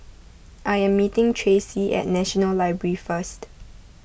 I am meeting Tracee at National Library first